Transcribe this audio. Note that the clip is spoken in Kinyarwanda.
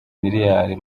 miliyari